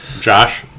Josh